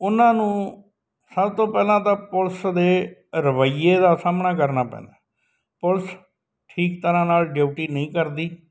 ਉਹਨਾਂ ਨੂੰ ਸਭ ਤੋਂ ਪਹਿਲਾਂ ਤਾਂ ਪੁਲਿਸ ਦੇ ਰਵੱਈਏ ਦਾ ਸਾਹਮਣਾ ਕਰਨਾ ਪੈਂਦਾ ਪੁਲਿਸ ਠੀਕ ਤਰ੍ਹਾਂ ਨਾਲ ਡਿਊਟੀ ਨਹੀਂ ਕਰਦੀ